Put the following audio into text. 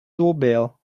doorbell